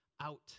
out